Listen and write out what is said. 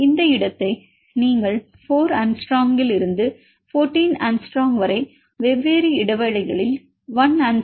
இந்த இடத்தை நீங்கள் 4 ஆங்ஸ்ட்ரோமில் இருந்து 14 ஆங்ஸ்ட்ரோம் வரை வெவ்வேறு இடைவெளிகளில் 1 ஆங்ஸ்ட்ரோம் அல்லது 0